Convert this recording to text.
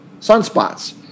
sunspots